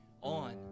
on